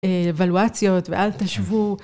אבלואציות ואל תשבו.